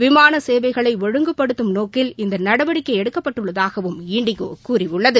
விமான சேவைகளை ஒழுங்குபடுத்தும் நோக்கில் இந்த நடவடிக்கை எடுக்கப்பட்டுள்ளதாகவம் இண்டிகோ கூறியுள்ளது